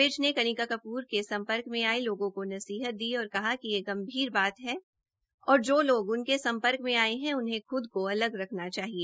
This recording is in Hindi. विज ने कनिका कपूर के संपर्क में आये लोगों को नसीहत दी और कहा कि ये गंभीर बात है और जो लोग उनके संपर्क में आये हैं उन्हें खुद को अलग रखना चाहिए